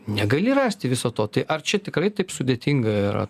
negali rasti viso to tai ar čia tikrai taip sudėtinga yra